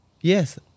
yes